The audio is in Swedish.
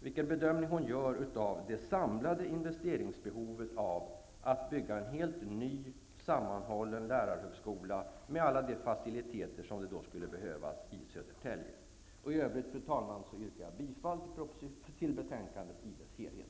vilken bedömning hon gör av det samlade investeringsbehovet av att bygga en helt ny sammanhållen lärarhögskola, med alla de faciliteter som skulle behövas, i Södertälje. I övrigt, fru talman, yrkar jag bifall till utskottets hemställan i dess helhet.